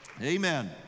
Amen